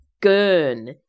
gurn